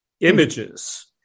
Images